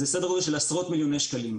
זה סדר-גודל של עשרות מיליוני שקלים.